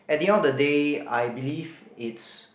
at the end of the day I believe it's